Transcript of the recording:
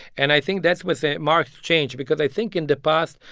and i think that was a marked change because i think in the past,